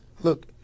look